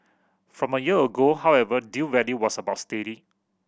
from a year ago however deal value was about steady